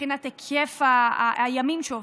מבחינת היקף הימים שעובדים,